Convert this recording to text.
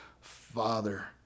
Father